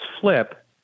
flip